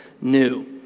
new